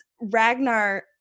Ragnar